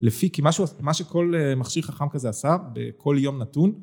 לפי מה שכל מכשיר חכם כזה עשה בכל יום נתון